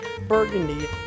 burgundy